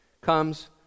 comes